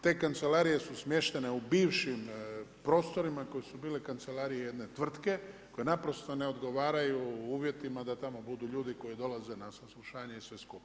Te kancelarije su smještene u bivšim prostorima, koje su bile kancelarije jedne tvrtke koje naprosto ne odgovaraju uvjetima da tamo budu ljudi koji dolaze na saslušanje i sve skupa.